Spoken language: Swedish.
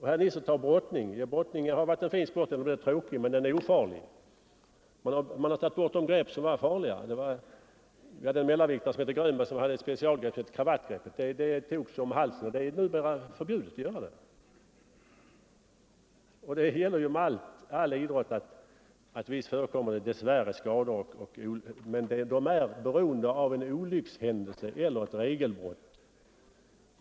Herr Nisser anför brottningen som exempel. Brottningen är en fin sport, visserligen rätt tråkig men ofarlig. Man har förbjudit de grepp som var farliga. En mellanviktare vid namn Grönberg hade som specialgrepp det s.k. kravattgreppet, som togs om halsen, men det är numera förbjudet. Det gäller inom alla idrotter att det dess värre förekommer skador och olyckor, men de är då orsakade av en olyckshändelse eller ett regelbrott.